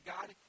God